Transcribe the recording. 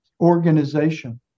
organization